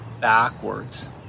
backwards